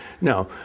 no